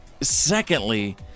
Secondly